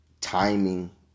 timing